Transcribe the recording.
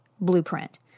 blueprint